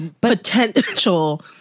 potential